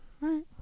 right